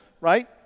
right